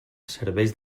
serveis